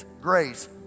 grace